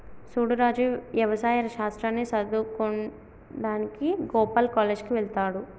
సూడు రాజు యవసాయ శాస్త్రాన్ని సదువువుకోడానికి గోపాల్ కాలేజ్ కి వెళ్త్లాడు